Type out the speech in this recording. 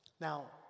Now